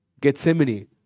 Gethsemane